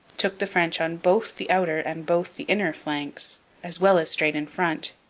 took the french on both the outer and both the inner flanks as well as straight in front.